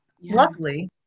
Luckily